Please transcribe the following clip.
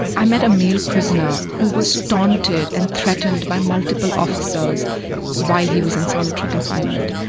i met a male prisoner who was taunted and threatened by multiple officers while he was in solitary confinement.